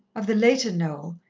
of the later noel,